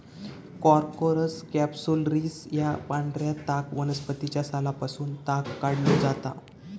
Corchorus कॅप्सुलरिस या पांढऱ्या ताग वनस्पतीच्या सालापासून ताग काढलो जाता